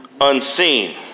Unseen